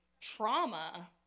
trauma